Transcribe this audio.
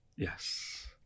Yes